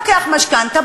לוקח משכנתה,